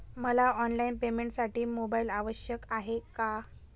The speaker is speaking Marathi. मला ऑनलाईन पेमेंटसाठी मोबाईल आवश्यक आहे का?